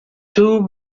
too